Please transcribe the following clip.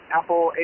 Apple